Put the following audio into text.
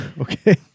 Okay